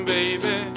Baby